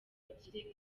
bagire